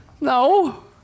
no